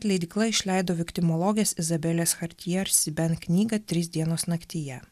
leidykla išleido viktimologės izabelės chartier siben knygą trys dienos naktyje